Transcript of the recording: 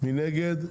מי נגד?